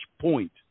point